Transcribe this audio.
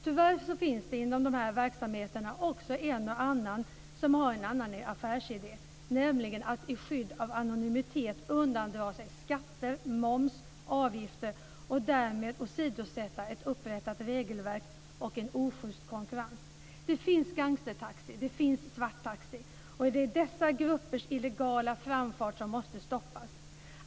Tyvärr finns det inom de här verksamheterna också en och annan som har en annan affärsidé, nämligen att i skydd av anonymitet undandra sig skatter, moms och avgifter, och därmed åsidosätta ett upprättat regelverk och skapa en oschyst konkurrens. Det finns gangstertaxi och svarttaxi, och det är dessa gruppers illegala framfart som måste stoppas.